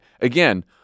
again